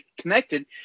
connected